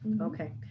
okay